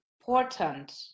important